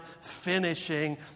finishing